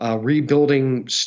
Rebuilding